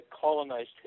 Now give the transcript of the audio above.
colonized